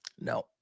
no